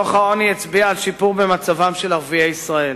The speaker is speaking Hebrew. דוח העוני הצביע על שיפור במצבם של ערביי ישראל.